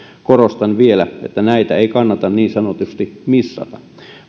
korostan vielä että näitä ei kannata niin sanotusti missata